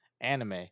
anime